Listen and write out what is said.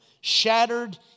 shattered